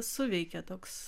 suveikia toks